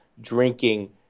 drinking